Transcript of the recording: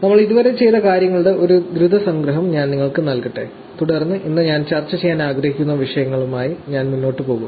നമ്മൾ ഇതുവരെ ചെയ്ത കാര്യങ്ങളുടെ ഒരു ദ്രുത സംഗ്രഹം ഞാൻ നിങ്ങൾക്ക് നൽകട്ടെ തുടർന്ന് ഇന്ന് ഞാൻ ചർച്ച ചെയ്യാൻ ആഗ്രഹിക്കുന്ന വിഷയങ്ങളുമായി ഞാൻ മുന്നോട്ട് പോകും